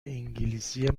انگلیسی